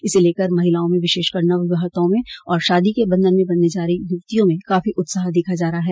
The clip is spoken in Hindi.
इसे लेकर महिलाओं में विशेषकर नव विवाहिताओं और शादी के बंधन में बंधने जा रही युवतियों में काफी उत्साह देखा जा रहा है